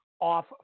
off